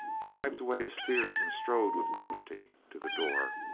he wiped away his tears and strode with dignity to the door.